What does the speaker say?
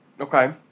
okay